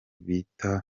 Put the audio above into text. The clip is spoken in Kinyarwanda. bita